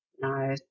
No